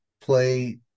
play